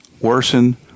worsen